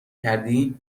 کردی